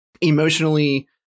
emotionally